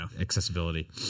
accessibility